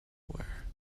aware